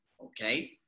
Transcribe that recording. okay